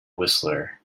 whistler